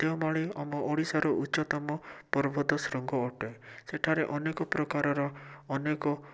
ଦେଓମାଳୀ ଆମ ଓଡ଼ିଶାର ଉଚ୍ଚତମ ପର୍ବତ ଶୃଙ୍ଗ ଅଟେ ସେଠାରେ ଅନେକ ପ୍ରକାରର ଅନେକ